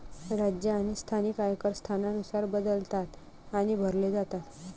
राज्य आणि स्थानिक आयकर स्थानानुसार बदलतात आणि भरले जातात